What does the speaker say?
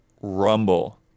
rumble